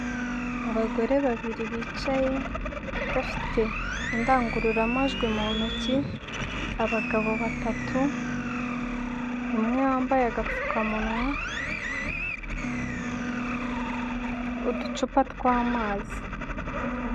Abagore babiri bicaye bafite indangururamajwi mu ntoki, abagabo batatu umwe wambaye agapfukamunwa uducupa tw'amazi.